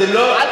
אתם לא,